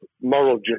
moral